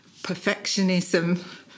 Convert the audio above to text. perfectionism